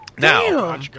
Now